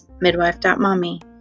midwife.mommy